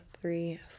three